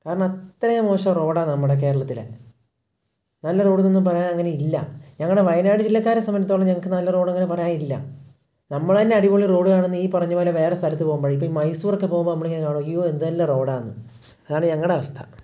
കാരണം അത്രയും മോശം റോഡാണ് നമ്മുടെ കേരളത്തിലെ നല്ല റോഡെന്നൊന്നും പറയാൻ അങ്ങനെ ഇല്ല ഞങ്ങളുടെ വയനാട് ജില്ലക്കാരെ സംബന്ധിച്ചെടുത്തോളം ഞങ്ങൾക്ക് നല്ല റോഡങ്ങനെ പറയാനില്ല നമ്മൾ തന്നെ അടിപൊളി റോഡ് കാണുന്നത് ഈ പറഞ്ഞതുപോലെ വേറെ സ്ഥലത്തു പോവുമ്പോഴാണ് ഇപ്പോൾ ഈ മൈസൂറൊക്കെ പോവുമ്പോൾ നമ്മളിങ്ങനെ കാണും അയ്യോ എന്തു നല്ല റോഡാണെന്ന് അതാണ് ഞങ്ങളുടെ അവസ്ഥ